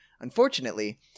Unfortunately